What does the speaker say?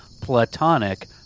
platonic